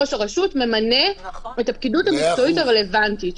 ראש הרשות ממנה את הפקידות המקצועית הרלוונטית.